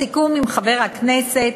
בסיכום עם חבר הכנסת,